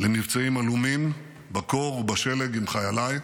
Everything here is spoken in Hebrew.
למבצעים עלומים בקור ובשלג עם חייליי.